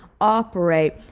operate